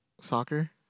Soccer